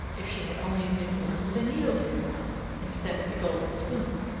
if she had only been born with a needle in her mouth instead of a golden spoon.